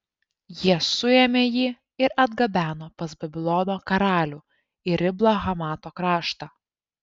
jie suėmė jį ir atgabeno pas babilono karalių į riblą hamato kraštą